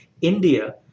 India